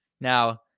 Now